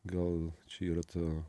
gal čia yra ta